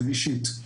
גבישית.